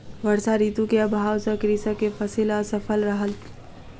वर्षा ऋतू के अभाव सॅ कृषक के फसिल असफल रहल